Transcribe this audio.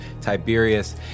Tiberius